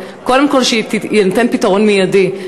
קודם כול שיינתן פתרון מיידי,